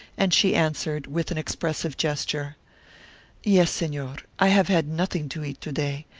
and she answered, with an expressive gesture yes, senor i have had nothing to eat to-day,